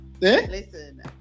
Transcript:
Listen